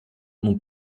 mon